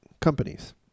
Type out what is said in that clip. companies